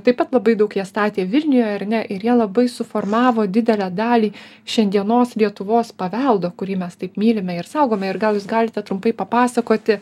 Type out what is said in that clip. taip pat labai daug jie statė vilniuje ar ne ir jie labai suformavo didelę dalį šiandienos lietuvos paveldo kurį mes taip mylime ir saugome ir gal jūs galite trumpai papasakoti